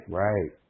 right